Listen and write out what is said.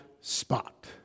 spot